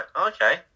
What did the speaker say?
okay